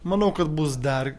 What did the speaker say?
manau kad bus dar